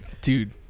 Dude